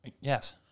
Yes